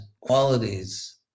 qualities